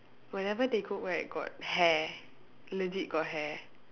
whenever they cook right got hair legit got hair